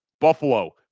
Buffalo